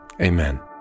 Amen